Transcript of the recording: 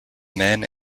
men